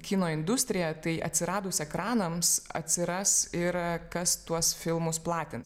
kino industrija tai atsiradus ekranams atsiras ir kas tuos filmus platint